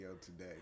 today